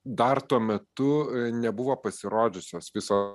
dar tuo metu nebuvo pasirodžiusios viso